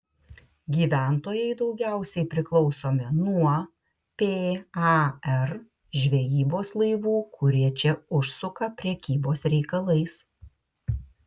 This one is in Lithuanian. gyventojai daugiausiai priklausomi nuo par žvejybos laivų kurie čia užsuka prekybos reikalais